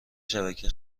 شبکه